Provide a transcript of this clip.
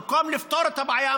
במקום לפתור את הבעיה,